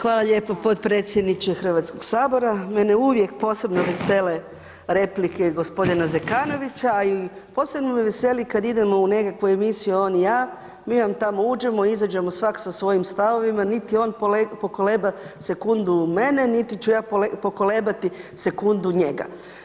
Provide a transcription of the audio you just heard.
Hvala lijepo podpredsjedniče Hrvatskog sabora, mene uvijek posebno vesele replike gospodina Zekanovića, a i posebno me veseli kad idemo u nekakvu emisiju on i ja, mi vam tamo uđemo i izađemo svak sa svojim stavovima, niti on pokoleba sekundu mene, niti ću ja pokolebati sekundu njega.